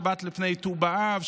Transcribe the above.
שבת לפני ט"ו באב,